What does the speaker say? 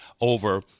over